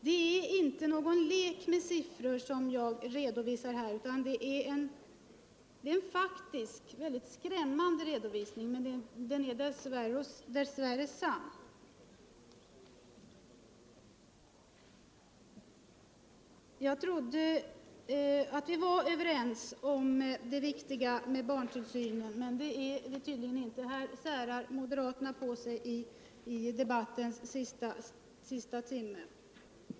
Den redovisning jag gjorde är inte någon lek med siffror; det var en faktisk och mycket skrämmande men dess värre sann redovisning. Jag trodde att vi var överens om att barnomsorgen är viktig, men det är vi tydligen inte. Här avskiljer sig moderaterna i debattens sista timme.